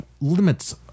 limits